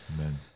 Amen